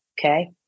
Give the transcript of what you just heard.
Okay